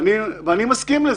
אני מסכים לזה,